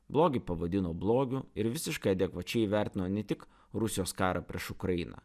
blogį pavadino blogiu ir visiškai adekvačiai vertino ne tik rusijos karą prieš ukrainą